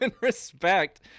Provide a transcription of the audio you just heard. respect